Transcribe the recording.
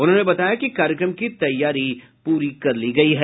उन्होंने बताया कि कार्यक्रम की तैयारी पूरी कर ली गयी है